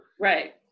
Right